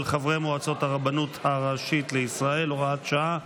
חברי מועצת הרבנות הראשית לישראל) (הוראת שעה),